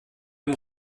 dem